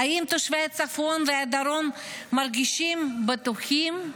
האם תושבי הצפון והדרום מרגישים בטוחים?